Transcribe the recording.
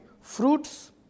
fruits